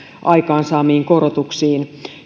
aikaansaamiin korotuksiin